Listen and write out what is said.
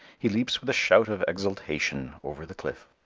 he leaps with a shout of exultation over the cliff.